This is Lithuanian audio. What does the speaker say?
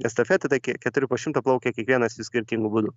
estafetė tai ke keturi po šimtą plaukia kiekvienas vis skirtingu būdu